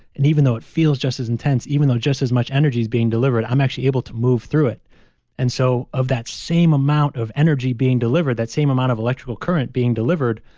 and even though it feels just as intense, even though just as much energy is being delivered i'm actually able to move through it and so, of that same amount of energy being delivered, that same amount of electrical current being delivered,